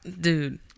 dude